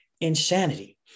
insanity